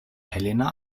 helena